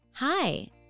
Hi